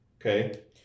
okay